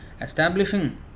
Establishing